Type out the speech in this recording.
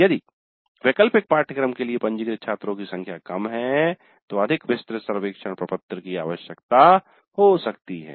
यदि वैकल्पिक पाठ्यक्रम के लिए पंजीकृत छात्रों की संख्या कम है तो अधिक विस्तृत सर्वेक्षण प्रपत्र की आवश्यकता हो सकती है